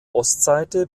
ostseite